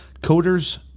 Coders